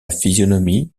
physionomie